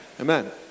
Amen